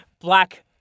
Black